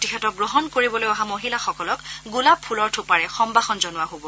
প্ৰতিষেধক গ্ৰহণ কৰিবলৈ অহা মহিলাসকলক গোলাপ ফলৰ থোপাৰে সম্ভাষণ জনোৱা হ'ব